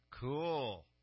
Cool